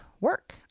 work